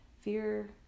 fear